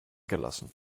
gelassen